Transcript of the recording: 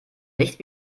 nicht